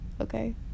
Okay